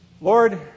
Lord